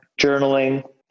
journaling